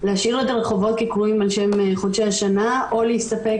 להשאיר את הרחובות קרויים על שם חודשי השנה או להסתפק